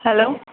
hello